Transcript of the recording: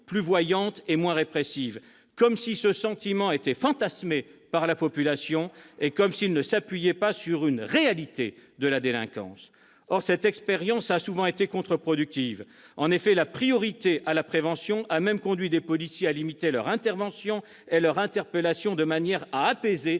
plus voyante et moins répressive. Comme si ce sentiment était fantasmé par la population ; comme s'il ne s'appuyait pas sur une réalité de la délinquance ! Or cette expérience a souvent été contre-productive. En effet, la priorité à la prévention a même conduit des policiers à limiter leurs interventions et leurs interpellations, de manière à apaiser